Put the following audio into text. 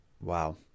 Wow